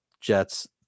jets